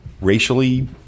racially